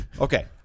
Okay